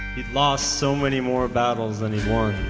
he lost so many more battles than he'd won.